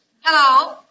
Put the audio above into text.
Hello